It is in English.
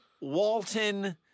Walton